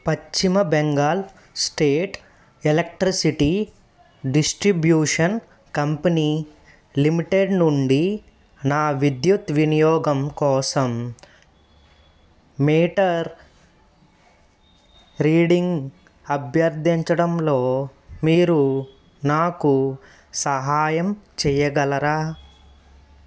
పశ్చిమ Bengal state electricity distribution company limited నుండి నా విద్యుత్ వినియోగం కోసం మీటర్ రీడింగ్ అభ్యర్థించడంలో మీరు నాకు సహాయం చేయగలరా